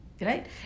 right